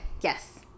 Yes